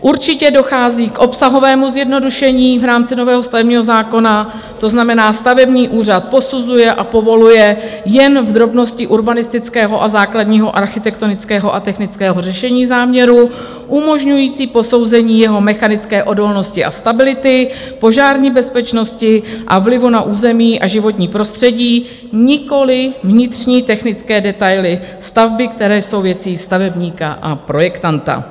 Určitě dochází k obsahovému zjednodušení v rámci nového stavebního zákona, to znamená, stavební úřad posuzuje a povoluje jen v drobnosti urbanistického a základního architektonického a technického řešení záměru, umožňující posouzení jeho mechanické odolnosti a stability, požární bezpečnosti a vlivu na území a životní prostředí, nikoliv vnitřní technické detaily stavby, které jsou věcí stavebníka a projektanta.